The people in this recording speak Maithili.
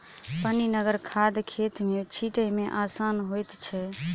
पनिगर खाद खेत मे छीटै मे आसान होइत छै